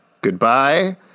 Goodbye